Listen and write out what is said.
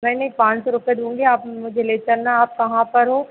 नहीं नहीं पान सौ रुपये दूँगी आप मुझे ले चलना आप कहाँ पर हो